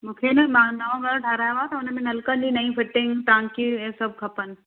मूंखे न मां नओं घर ठाराहियो आहे त उनमें नलकनि जी नईं फिटिंग टांकी इहे सभु खपनि